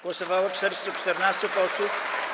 Głosowało 414 posłów.